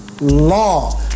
law